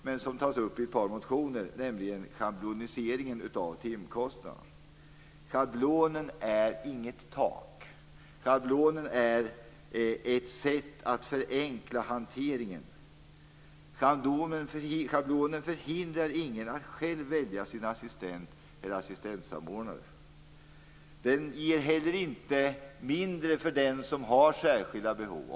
Den tas dock upp i ett par motioner. Det gäller schabloniseringen av timkostnaden. Schablonen är inget tak, utan ett sätt att förenkla hanteringen. Schablonen förhindrar ingen att själv välja sin assistent eller assistentsamordnare. Den ger heller inte mindre för den som har särskilda behov.